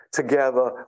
together